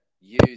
use